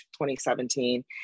2017